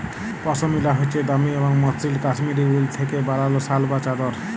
পশমিলা হছে দামি এবং মসৃল কাশ্মীরি উল থ্যাইকে বালাল শাল বা চাদর